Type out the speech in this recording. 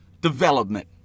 development